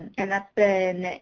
and that's been,